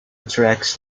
attracts